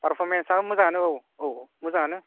फारफ'रमेन्सआबो मोजांआनो औ औ मोजांआनो